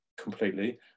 completely